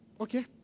Okay